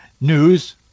news